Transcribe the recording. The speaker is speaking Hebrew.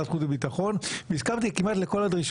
חוץ מחבר הכנסת פרוש